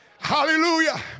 hallelujah